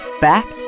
back